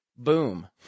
Boom